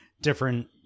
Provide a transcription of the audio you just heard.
different